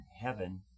heaven